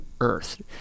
earth